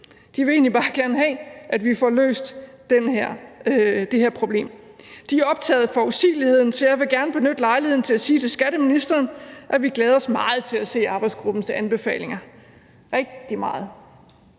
De vil egentlig bare gerne have, at vi får løst det her problem, for de er optaget af forudsigeligheden. Så jeg vil gerne benytte lejligheden til at sige til skatteministeren, at vi glæder os meget til at se arbejdsgruppens anbefalinger – rigtig meget.